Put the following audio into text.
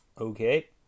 Okay